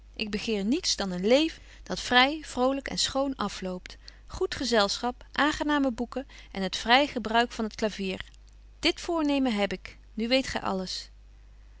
ik begeer niets dan een leven dat vry vrolyk en schoon afloopt goed gezelschap aangename boeken en het vry gebruik van het clavier dit voornemen heb ik nu weet gy alles